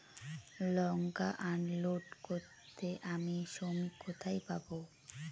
লঙ্কা unload করতে আমি শ্রমিক কোথায় পাবো?